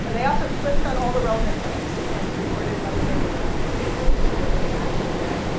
and they also clicked on all the relevant links and recorded whether they were like broken links or whether they actually went.